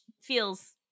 feels